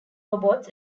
robots